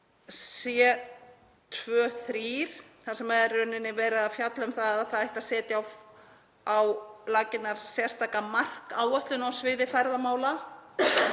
C.2.3, þar sem er í rauninni verið að fjalla um að það ætti að setja á laggirnar sérstaka markáætlun á sviði ferðamála